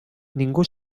ningú